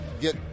get